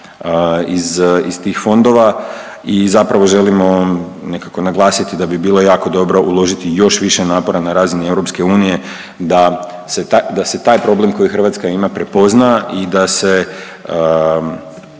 iz tih fondova i zapravo želimo nekako naglasiti da bi bilo jako dobro uložiti još više napora na razini EU da se, da se taj problem koji Hrvatska ima prepozna i da se